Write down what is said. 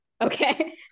Okay